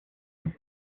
vous